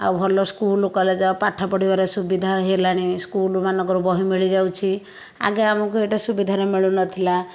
ଆଉ ଭଲ school college ପାଠ ପଢ଼ିବାର ସୁବିଧା ହେଲାଣି ସ୍କୁଲ ମାନଙ୍କର ବହି ମିଳିଯାଉଛି ଆଗେ ଆମକୁ ଏଇଟା ସୁବିଧାରେ ମିଳୁନଥିଲା